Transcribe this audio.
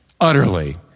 utterly